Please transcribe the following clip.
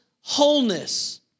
wholeness